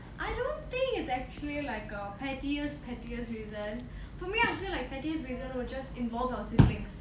I don't think it's actually like a pettiest pettiest reason for me I feel like pettiest reason will just involve our siblings